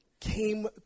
came